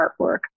artwork